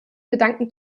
gedanken